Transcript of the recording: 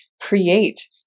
create